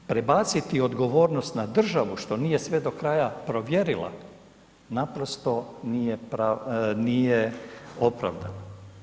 Prebaciti odgovornost na državu što nije sve do kraja provjerila, naprosto nije opravdano.